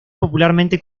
popularmente